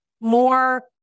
more